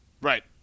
Right